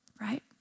right